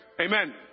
Amen